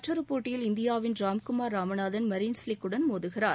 மற்றொரு போட்டியில் இந்தியாவின் ராம்குமார் ராமநாதன் மரீன் சிலிக் உடன் மோதுகிறார்